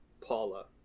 Paula